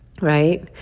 Right